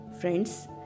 Friends